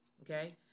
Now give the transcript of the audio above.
Okay